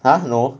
!huh! no